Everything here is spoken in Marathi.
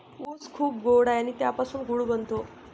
ऊस खूप गोड आहे आणि त्यापासून गूळ बनतो